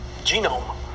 Genome